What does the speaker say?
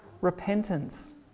repentance